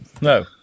no